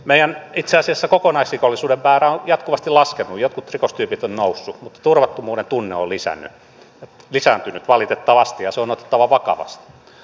meillä itse asiassa kokonaisrikollisuuden määrä on jatkuvasti laskenut vaikka jotkut rikostyypit ovat nousseet mutta turvattomuuden tunne on valitettavasti lisääntynyt ja se on otettava vakavasti